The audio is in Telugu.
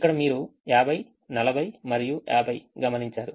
ఇక్కడ మీరు 50 40 మరియు 50 గమనించారు